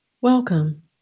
Welcome